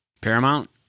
Paramount